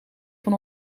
van